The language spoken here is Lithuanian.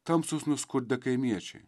tamsūs nuskurdę kaimiečiai